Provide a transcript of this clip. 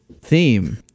theme